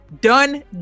Done